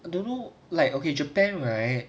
I don't know like okay japan right